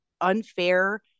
unfair